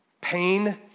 Pain